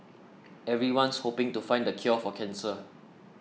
everyone's hoping to find the cure for cancer